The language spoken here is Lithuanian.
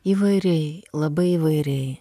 įvairiai labai įvairiai